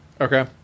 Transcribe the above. Okay